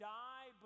die